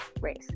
race